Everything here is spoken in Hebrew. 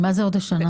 מה זה "עוד השנה"?